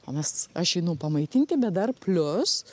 o mes aš einu pamaitinti bet dar plius